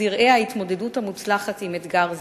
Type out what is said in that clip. זרעי ההתמודדות המוצלחת עם אתגר זה,